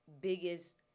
biggest